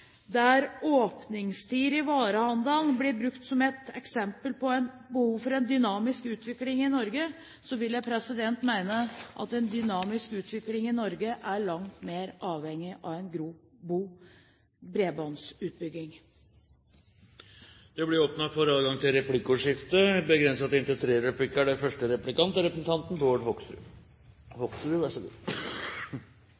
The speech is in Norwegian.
der åpningstider i varehandelen ble brukt som et eksempel på behovet for en dynamisk utvikling i Norge, vil jeg mene at en dynamisk utvikling i Norge er langt mer avhengig av en god bredbåndsutbygging. Det blir åpnet for replikkordskifte. For det første er jeg glad for at man endelig kan diskutere bredbånd litt, for det er